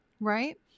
right